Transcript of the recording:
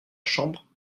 chambre